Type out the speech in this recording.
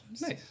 Nice